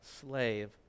slave